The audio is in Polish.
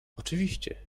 oczywiście